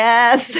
Yes